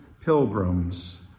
pilgrims